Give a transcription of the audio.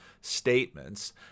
statements